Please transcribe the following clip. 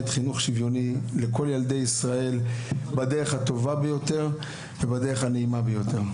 חינוך שוויוני לכל ילדי ישראל בדרך הטובה ביותר ובדרך הנעימה ביותר.